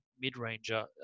mid-ranger